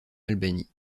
albanie